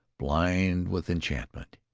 blind with enchantment,